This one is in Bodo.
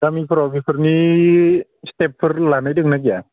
गामिफोराव बेफोरनि स्टेपफोर लानाय दंना गैया